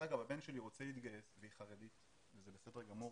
שלי רוצה להתגייס היא חרדית וזה בסדר גמור,